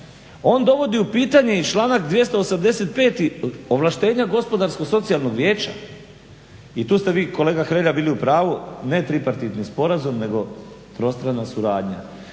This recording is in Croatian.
On dovodi u pitanje i članak 285. ovlaštenja Gospodarsko-socijalnog vijeća. I tu ste vi kolega Hrelja bili u pravu, ne tripartitni sporazum, nego trostrana suradnja.